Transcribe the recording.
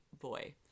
boy